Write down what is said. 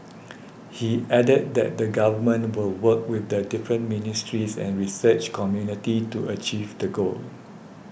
he added that the Government will work with the different ministries and research community to achieve the goal